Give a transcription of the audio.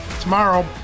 tomorrow